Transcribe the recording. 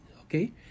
okay